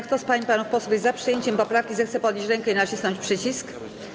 Kto z pań i panów posłów jest za przyjęciem poprawki, zechce podnieść rękę i nacisnąć przycisk.